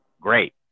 great